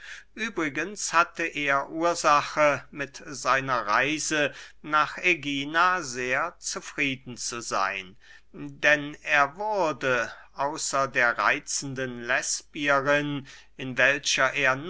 übrigens hatte er ursache mit seiner reise nach ägina sehr zufrieden zu seyn denn er wurde außer der reitzenden lesbierin in welcher er